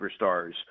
superstars